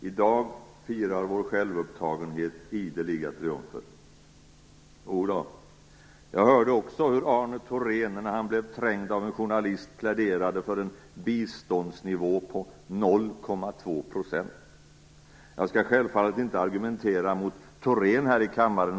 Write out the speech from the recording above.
I dag firar vår självupptagenhet ideliga triumfer. Jodå, jag hörde också hur Arne Thorén, när han blev trängd av en journalist pläderade för en biståndsnivå på 0,2 %. Jag skall självfallet inte argumentera mot Arne Thorén här i kammaren.